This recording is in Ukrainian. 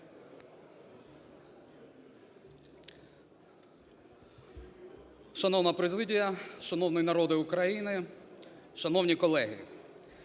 Шановна президія, шановний народе України, шановні колеги!